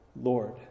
Lord